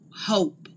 hope